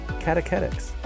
catechetics